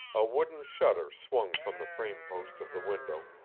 a wooden shutter swung from the frame-post of the window,